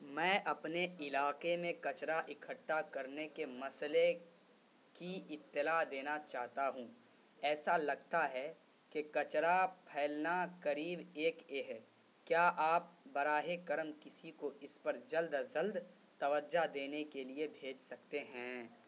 میں اپنے علاقے میں کچرا اکھٹا کرنے کے مسئلے کی اطلاع دینا چاہتا ہوں ایسا لگتا ہے کہ کچرا پھیلنا قریب ایک یہ ہے کیا آپ براہ کرم کسی کو اس پر جلد از جلد توجہ دینے کے لیے بھیج سکتے ہیں